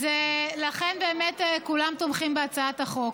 אז לכן באמת כולם תומכים בהצעת החוק.